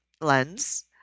lens